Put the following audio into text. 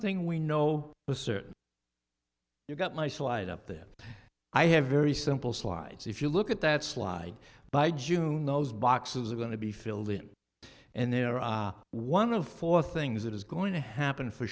thing we know for certain you've got my slide up there i have very simple slides if you look at that slide by june those boxes are going to be filled in and there are one of four things that is going to happen for